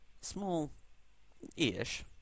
small-ish